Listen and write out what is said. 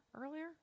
earlier